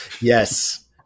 Yes